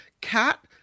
Cat